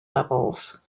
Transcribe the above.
levels